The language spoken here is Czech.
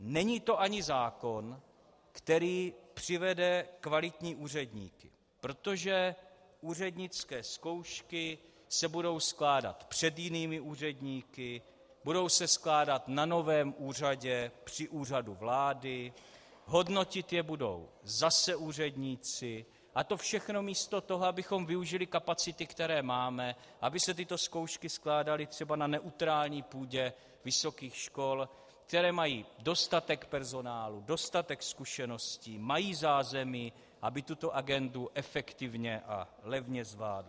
Není to ani zákon, který přivede kvalitní úředníky, protože úřednické zkoušky se budou skládat před jinými úředníky, budou se skládat na novém úřadě při Úřadu vlády, hodnotit je budou zase úředníci, a to všechno místo toho, abychom využili kapacity, které máme, aby se tyto zkoušky skládaly třeba na neutrální půdě vysokých škol, které mají dostatek personálu, dostatek zkušeností, mají zázemí, aby tuto agendu efektivně a levně zvládly.